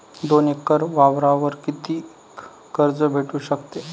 दोन एकर वावरावर कितीक कर्ज भेटू शकते?